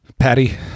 patty